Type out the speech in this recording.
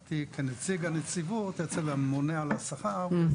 אני עבדתי כנציג הנציבות אצל הממונה על השכר.